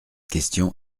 question